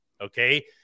okay